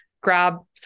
grab